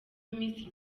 miss